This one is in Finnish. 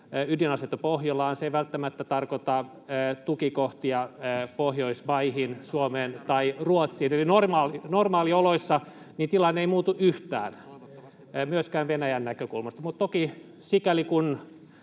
ydinasetta Pohjolaan. Se ei välttämättä tarkoita tukikohtia Pohjoismaihin, Suomeen tai Ruotsiin. Eli normaalioloissa tilanne ei muutu yhtään, myöskään Venäjän näkökulmasta, mutta sikäli kuin